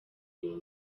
uyu